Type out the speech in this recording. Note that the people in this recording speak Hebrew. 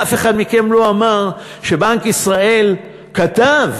אף אחד מכם לא אמר שבנק ישראל כתב: